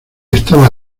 estaba